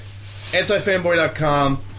AntiFanBoy.com